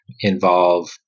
involve